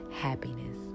happiness